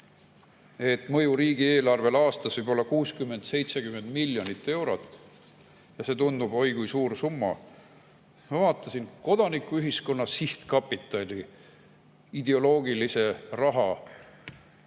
et mõju riigieelarvele võib aastas olla 60–70 miljonit eurot, ja see tundub oi kui suur summa. Ma vaatasin Kodanikuühiskonna Sihtkapitali ideoloogilise raha